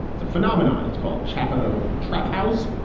it's a phenomenon. it's called chapo trap house.